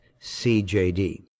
CJD